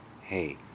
hey